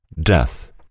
Death